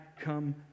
come